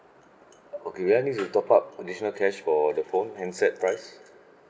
okay do I need to top up additional cash for the phone handset price